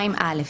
"2א.